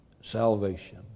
salvation